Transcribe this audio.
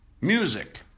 Music